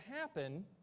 happen